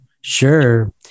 Sure